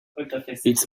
occupants